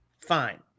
fine